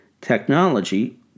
technology